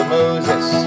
Moses